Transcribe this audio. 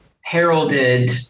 heralded